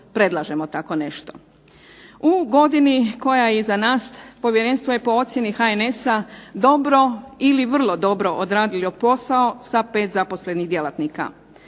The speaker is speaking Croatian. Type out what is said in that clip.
predlažemo tako nešto. U godini koja je iza nas povjerenstvo je po ocjeni HNS-a dobro ili vrlo dobro odradili posao sa 5 zaposlenih djelatnika.